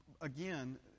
Again